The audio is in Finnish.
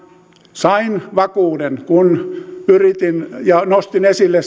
sain vakuuden kun nostin esille